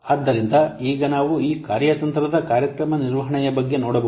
ಆದ್ದರಿಂದ ಈಗ ನಾವು ಈ ಕಾರ್ಯತಂತ್ರದ ಕಾರ್ಯಕ್ರಮ ನಿರ್ವಹಣೆಯ ಬಗ್ಗೆ ನೋಡಬಹುದು